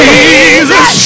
Jesus